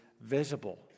visible